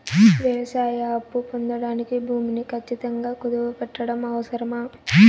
వ్యవసాయ అప్పు పొందడానికి భూమిని ఖచ్చితంగా కుదువు పెట్టడం అవసరమా?